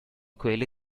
quelle